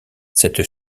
cette